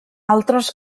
altres